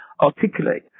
articulate